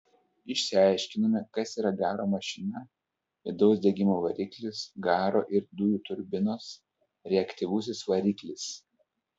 išsiaiškinome kas yra garo mašina vidaus degimo variklis garo ir dujų turbinos reaktyvusis variklis